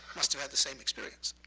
must have had the same experience.